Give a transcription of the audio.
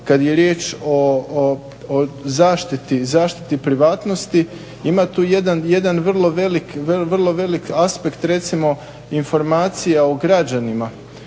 kad je riječ o zaštiti privatnosti, ima tu jedan vrlo velik aspekt, recimo informacija o građanima.